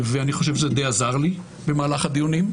ואני חושב שזה די עזר לי במהלך הדיונים.